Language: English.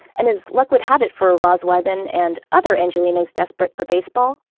and as luck would have it for roz wyman, and other angelenos desperate for baseball,